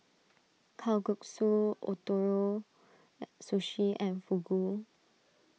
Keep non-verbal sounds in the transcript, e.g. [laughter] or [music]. Kalguksu Ootoro [hesitation] Sushi and Fugu